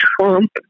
Trump